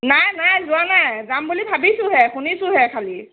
নাই নাই যোৱা নাই যাম বুলি ভাবিছোঁহে শুনিছোঁহে খালি